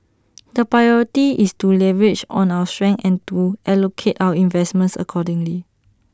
the priority is to leverage our strengths and to allocate our investments accordingly